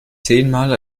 zehnmal